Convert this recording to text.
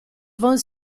von